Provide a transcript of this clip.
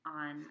on